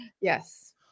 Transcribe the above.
yes